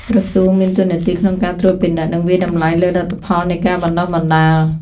ក្រសួងមានតួនាទីក្នុងការត្រួតពិនិត្យ និងវាយតម្លៃលើលទ្ធផលនៃការបណ្ដុះបណ្ដាល។